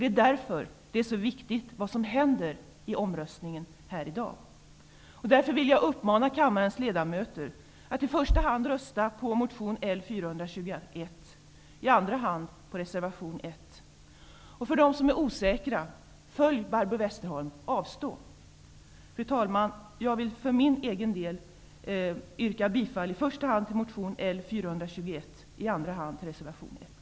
Det är därför det är så viktigt vad som händer i omröstningen här i dag. Jag vill uppmana kammarens ledamöter att i första hand rösta på motion L421 och i andra hand på reservation 1. Jag vill uppmana de osäkra att följa Fru talman! Jag vill för egen del yrka bifall i första hand till motion L421 och i andra hand till reservation 1.